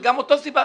וגם מאותה סיבה,